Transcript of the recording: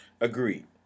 Agreed